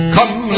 Come